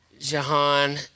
Jahan